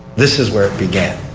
this is where it began.